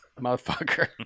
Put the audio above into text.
motherfucker